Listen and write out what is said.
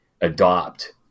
adopt